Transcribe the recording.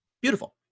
Beautiful